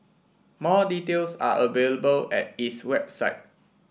more details are available at its website